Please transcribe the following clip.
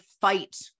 fight